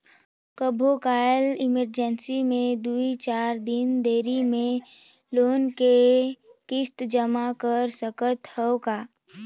कभू काल इमरजेंसी मे दुई चार दिन देरी मे लोन के किस्त जमा कर सकत हवं का?